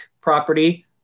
property